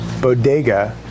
bodega